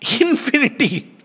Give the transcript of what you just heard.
infinity